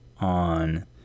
on